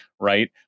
Right